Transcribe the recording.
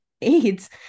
AIDS